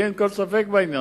לי אין כל ספק בזה.